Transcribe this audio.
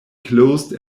closed